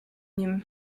nim